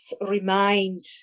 remind